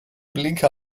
blinker